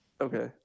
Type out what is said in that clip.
Okay